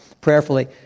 prayerfully